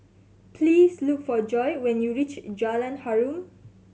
please look for Joye when you reach Jalan Harum